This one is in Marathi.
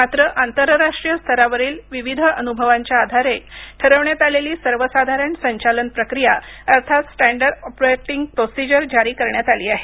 मात्र आंतरराष्ट्रीय स्तरावरील विविध अनुभवांच्या आधारे ठरवण्यात आलेली सर्वसाधारण संचालन प्रक्रिया अर्थात स्टॅंडर्ड ऑपरेटिंग प्रोसिजर जारी करण्यात आली आहे